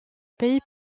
pays